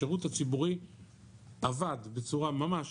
השירות הציבורי עבד בצורה ממש,